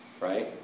right